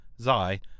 zai